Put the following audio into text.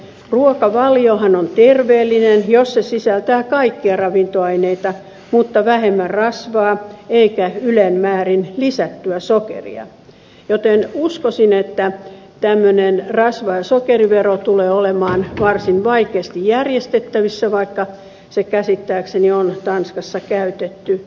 ruokavaliohan on terveellinen jos se sisältää kaikkia ravintoaineita mutta vähemmän rasvaa eikä ylen määrin lisättyä sokeria joten uskoisin että tämmöinen rasva ja sokerivero tulee olemaan varsin vaikeasti järjestettävissä vaikka sitä käsittääkseni on tanskassa käytetty